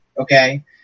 Okay